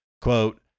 quote